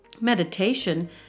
Meditation